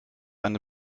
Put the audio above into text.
eine